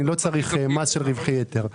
אני לא צריך מס של רווחי יתר.